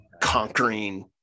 conquering